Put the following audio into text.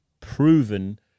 proven